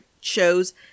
shows